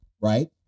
right